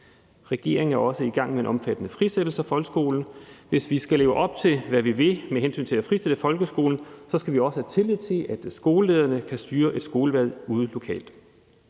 Regeringen er også i gang med en omfattende frisættelse af folkeskolen. Hvis vi skal leve op til, hvad vi vil med hensyn til at frisætte folkeskolen, skal vi også have tillid til, at skolelederne kan styre et skolevalg ude lokalt.